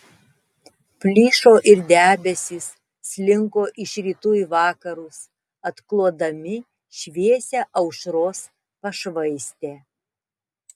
plyšo ir debesys slinko iš rytų į vakarus atklodami šviesią aušros pašvaistę